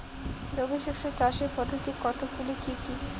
রবি শস্য চাষের পদ্ধতি কতগুলি কি কি?